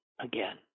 again